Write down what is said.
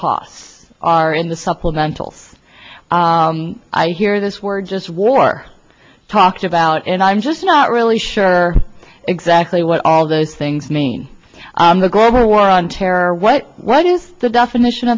costs are in the supplemental i hear this word just war talked about and i'm just not really sure exactly what all those things mean the global war on terror what what is the definition